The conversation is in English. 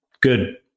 Good